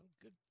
Good